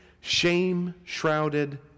shame-shrouded